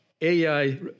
AI